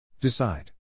Decide